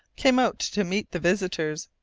came out to meet the visitors.